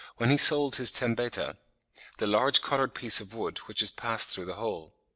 when he sold his tembeta the large coloured piece of wood which is passed through the hole.